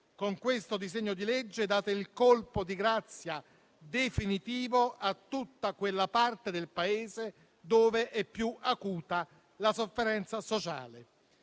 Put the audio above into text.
Con questo disegno di legge date il colpo di grazia definitivo a tutta quella parte del Paese dov'è più acuta la sofferenza sociale.